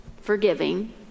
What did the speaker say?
forgiving